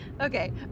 Okay